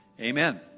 Amen